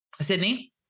Sydney